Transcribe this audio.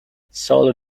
solar